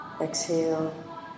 Exhale